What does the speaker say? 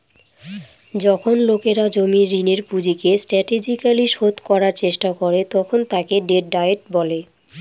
যখন লোকেরা জমির ঋণের পুঁজিকে স্ট্র্যাটেজিকালি শোধ করার চেষ্টা করে তখন তাকে ডেট ডায়েট বলে